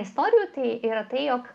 istorijų tai yra tai jog